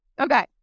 Okay